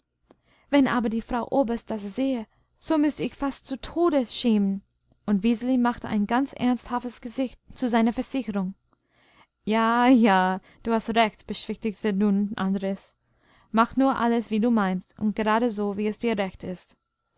wenn aber die frau oberst das sähe so müßte ich mich fast zu tode schämen und wiseli machte ein ganz ernsthaftes gesicht zu seiner versicherung ja ja du hast recht beschwichtigte nun andres mach nur alles wie du meinst und geradeso wie es dir recht ist